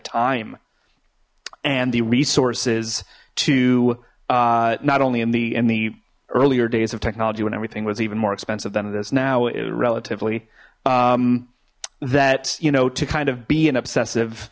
time and the resources to not only in the in the earlier days of technology when everything was even more expensive than it is now is relatively that you know to kind of be an obsessive